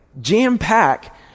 jam-pack